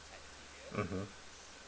mmhmm